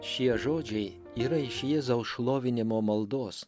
šie žodžiai yra iš jėzaus šlovinimo maldos